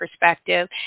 perspective